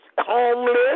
homeless